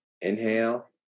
Inhale